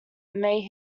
may